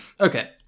Okay